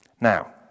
Now